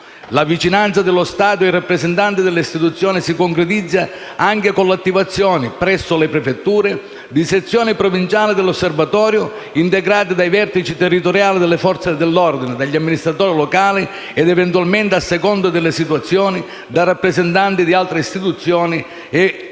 La vicinanza dello Stato ai rappresentanti delle istituzioni si concretizza anche con l'attivazione, presso le prefetture, di sezioni provinciali dell'Osservatorio, integrate dai vertici territoriali delle Forze dell'ordine, dagli amministratori locali ed eventualmente, a seconda delle situazioni, da rappresentanti di altre istituzioni e